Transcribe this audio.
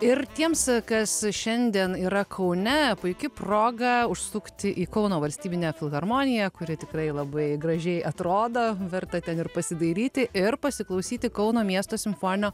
ir tiems kas šiandien yra kaune puiki proga užsukti į kauno valstybinę filharmoniją kuri tikrai labai gražiai atrodo verta ten ir pasidairyti ir pasiklausyti kauno miesto simfoninio